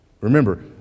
Remember